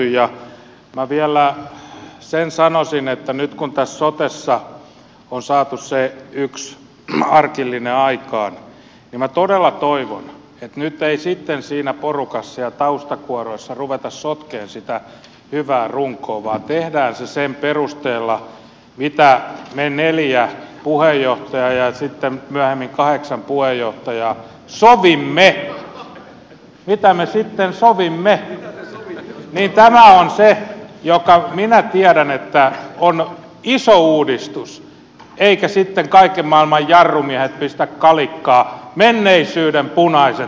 minä vielä sen sanoisin että nyt kun tässä sotessa on saatu se yksi arkillinen aikaan niin minä todella toivon että nyt ei sitten siinä porukassa ja taustakuoroissa ruveta sotkemaan sitä hyvää runkoa vaan tehdään se sen perusteella mitä me neljä puheenjohtajaa ja sitten myöhemmin kahdeksan puheenjohtajaa sovimme mitä me sitten sovimme josta minä tiedän että se on iso uudistus eivätkä sitten kaiken maailman jarrumiehet pistä kalikkaa menneisyyden punaiset voimat